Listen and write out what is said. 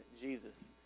Jesus